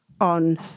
on